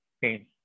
Pain